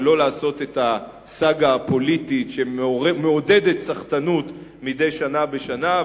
ולא לעשות את הסאגה הפוליטית שמעודדת סחטנות מדי שנה בשנה,